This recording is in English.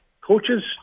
coaches